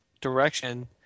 direction